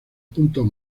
puntos